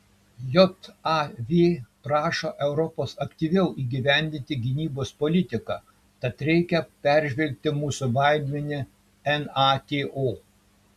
jav prašo europos aktyviau įgyvendinti gynybos politiką tad reikia peržvelgti mūsų vaidmenį nato